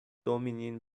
dominion